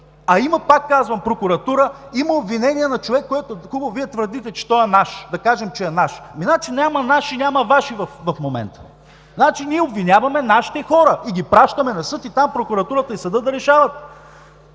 А има – пак казвам – прокуратура. Има обвинения на човек, който Вие твърдите, че е наш. Да кажем, че е наш. Значи няма наши, няма ваши в момента. Значи ние обвиняваме нашите хора и ги пращаме на съд и там прокуратурата и съдът да решават.